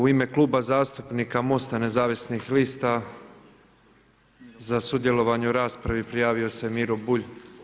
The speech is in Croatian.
U ime Kluba zastupnika MOST-a nezavisnih lista za sudjelovanje u raspravi prijavio se Miro Bulj.